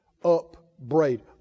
Upbraid